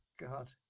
God